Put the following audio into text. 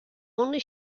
only